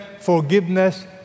forgiveness